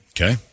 Okay